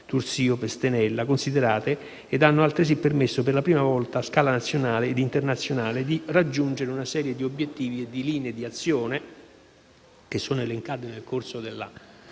tursiope e stenella - ed hanno altresì permesso per la prima volta, su scala nazionale ed internazionale, di raggiungere una serie di obiettivi e di linee di azione, che sono elencate nella